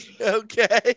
okay